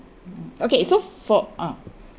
okay so for ah